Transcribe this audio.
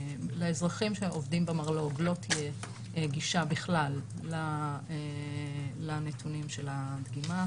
לאזרחים שעובדים במרלו"ג לא תהיה גישה בכלל לנתונים של הדגימה.